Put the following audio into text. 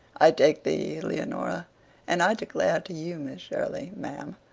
i take thee, leonora and i declare to you, miss shirley, ma'am,